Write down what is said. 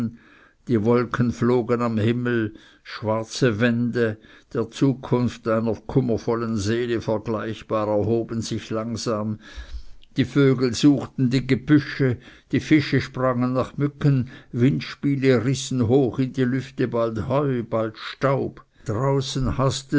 die wolken flogen am himmel schwarze wände der zukunft einer kummervollen seele vergleichbar erhoben sich langsam die vögel suchten die gebüsche die fische sprangen nach mücken windspiele rissen hoch in die lüfte bald heu bald staub draußen